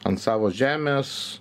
ant savos žemės